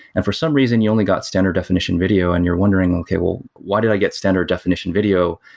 and for some reason, you only got standard definition video and you're wondering, okay, well why did i get standard definition video?